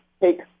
take